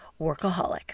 workaholic